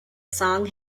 song